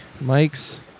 Mike's